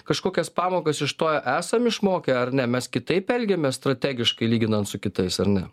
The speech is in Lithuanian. kažkokias pamokas iš to esam išmokę ar ne mes kitaip elgiamės strategiškai lyginant su kitais ar ne